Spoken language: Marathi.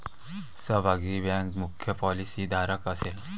सहभागी बँक मुख्य पॉलिसीधारक असेल